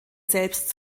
selbst